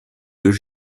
deux